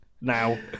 now